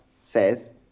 says